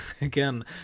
Again